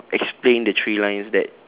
explain the three lines that